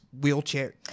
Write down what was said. wheelchair